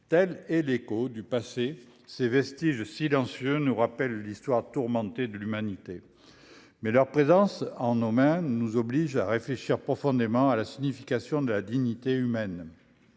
Tel un écho du passé, ces vestiges silencieux nous rappellent l'histoire tourmentée de l'humanité. Leur présence entre nos mains nous oblige à réfléchir profondément à la signification de la dignité humaine,